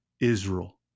Israel